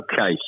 Okay